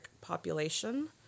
population